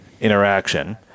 interaction